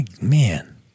Man